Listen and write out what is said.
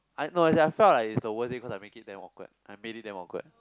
ah no as in I felt like it's the worst date cause I make it damn awkward I made it damn awkward